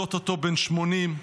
או-טו-טו בן 80,